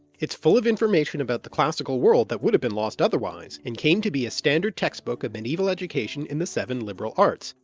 it's full of information about the classical world that would have been lost otherwise, and came to be a standard textbook of medieval education in the seven liberal arts,